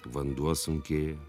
vanduo sunkėja